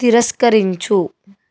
తిరస్కరించు